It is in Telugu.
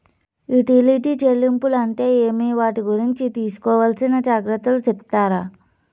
యుటిలిటీ చెల్లింపులు అంటే ఏమి? వాటి గురించి తీసుకోవాల్సిన జాగ్రత్తలు సెప్తారా?